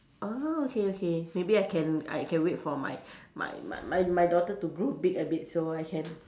oh okay okay maybe I can I can wait for my my my my daughter to grow big a bit so I can